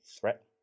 threat